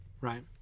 right